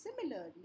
similarly